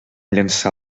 llançar